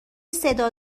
صدا